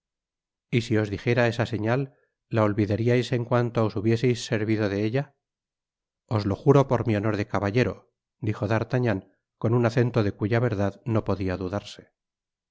y si os dijera esa señal la olvidariais en cuanto os hubieseis servido de ella os lo juro por mi honor de caballero dijo d'artagnan con un acento de cuya verdad no podia dudarse